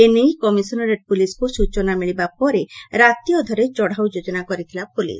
ଏ ନେଇ କମିଶନରେଟ୍ ପୁଲିସକୁ ସୂଚନା ମିଳିବା ପରେ ରାତି ଅଧରେ ଚଢଉର ଯୋଜନା କରିଥିଲା ପୁଲିସ